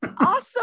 Awesome